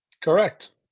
Correct